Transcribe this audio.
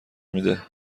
میده